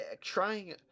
Trying